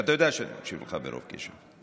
ואתה יודע שאני מקשיב לך ברוב קשב,